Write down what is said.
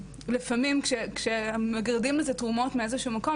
לפעמים אנחנו מגרדים אי אילו תרומות מאיזה שהוא מקום,